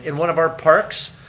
and one of our parks.